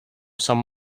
some